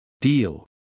Deal